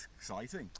Exciting